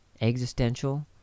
existential